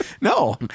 No